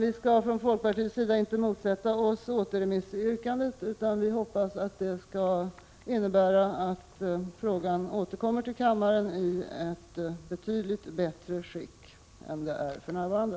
Vi skall från folkpartiets sida inte motsätta oss återremissyrkandet, utan vi hoppas att det skall innebära att frågan återkommer till kammaren i ett betydligt bättre skick än den är för närvarande.